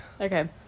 Okay